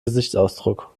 gesichtsausdruck